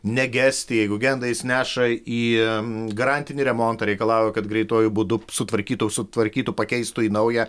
negesti jeigu genda jis neša į garantinį remontą reikalauja kad greituoju būdu sutvarkytų sutvarkytų pakeistų į naują